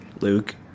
Luke